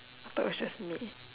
but it was just me